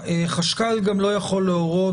החשכ"ל גם לא יכול להורות,